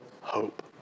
hope